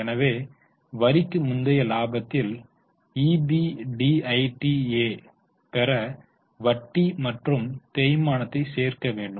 எனவே வரிக்கு முந்தைய லாபத்தில் ஈபிடிஐடிஎ வைப் பெற வட்டி மற்றும் தேய்மானத்தை சேர்க்க வேண்டும்